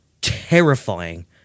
terrifying